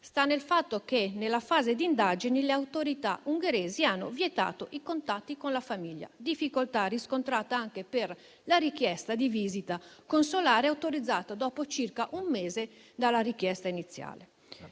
sta nel fatto che, nella fase delle indagini, le autorità ungheresi hanno vietato i contatti con la famiglia; difficoltà riscontrata anche per la richiesta di visita consolare autorizzata dopo circa un mese dalla richiesta iniziale.